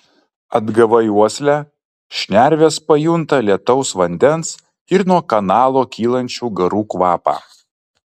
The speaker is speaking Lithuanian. atgavai uoslę šnervės pajunta lietaus vandens ir nuo kanalo kylančių garų kvapą